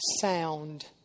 sound